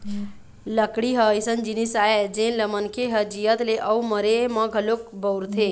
लकड़ी ह अइसन जिनिस आय जेन ल मनखे ह जियत ले अउ मरे म घलोक बउरथे